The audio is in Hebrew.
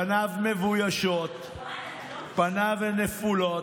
פניו מבוישות, פניו נפולות,